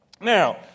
Now